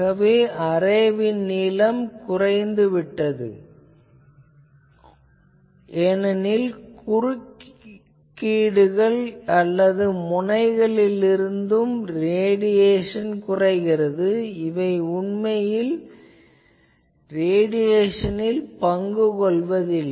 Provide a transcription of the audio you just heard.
ஆகவே அரேவின் நீளம் குறைந்துள்ளது ஏனெனில்குறுக்கீடுகள் அல்லது முனைகளிலிருந்து ரேடியேசன் குறைகிறது இவை உண்மையான ரேடியேசனில் பங்கு கொள்வதில்லை